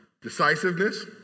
decisiveness